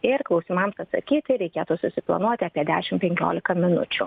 ir klausimams atsakyti reikėtų susiplanuoti apie dešim penkiolika minučių